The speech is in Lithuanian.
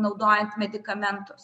naudojant medikamentus